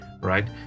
right